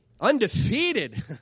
Undefeated